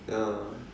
ya